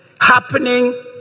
happening